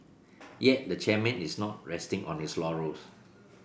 yet the chairman is not resting on his laurels